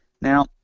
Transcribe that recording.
Now